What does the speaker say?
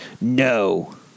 No